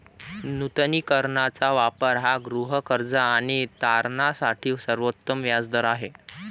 नूतनीकरणाचा वापर हा गृहकर्ज आणि तारणासाठी सर्वोत्तम व्याज दर आहे